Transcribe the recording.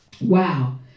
Wow